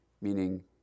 meaning